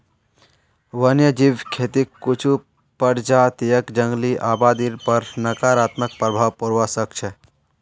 वन्यजीव खेतीक कुछू प्रजातियक जंगली आबादीर पर नकारात्मक प्रभाव पोड़वा स ख छ